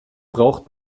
braucht